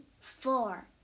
four